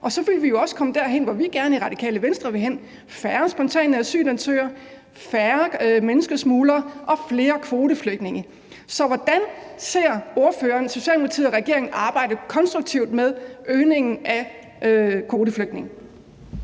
Så ville vi jo også komme derhen, hvor vi i Radikale Venstre gerne vil hen, nemlig hvor der er færre spontane asylansøgere, færre menneskesmuglere og flere kvoteflygtninge. Så hvordan ser ordføreren Socialdemokratiet og regeringen arbejdet med konstruktivt at øge antallet af kvoteflygtninge?